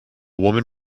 woman